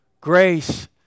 Grace